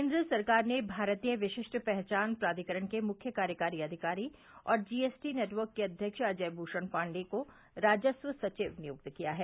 केन्द्र सरकार ने भारतीय विशिष्ट पहचान प्राधिकरण के मुख्य कार्यकारी अधिकारी और जीएसटी नेटवर्क के अध्यक्ष अजय भूषण पांडेय को राजस्व सचिव नियुक्त किया है